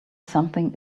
something